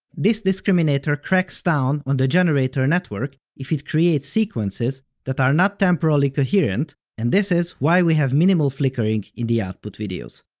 this discriminator cracks down on the generator network if it creates sequences that are not temporally coherent and this is why we have minimal flickering in the output videos.